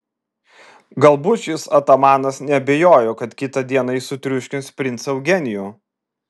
galbūt šis atamanas neabejojo kad kitą dieną jis sutriuškins princą eugenijų